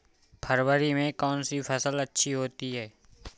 फरवरी में कौन सी फ़सल अच्छी होती है?